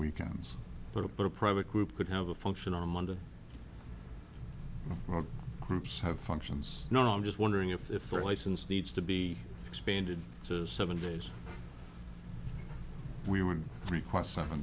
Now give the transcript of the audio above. weekends but a private group could have a function on monday groups have functions no no i'm just wondering if their license needs to be expanded to seven days we would request seven